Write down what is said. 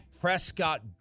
Prescott